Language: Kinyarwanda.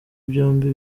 byombi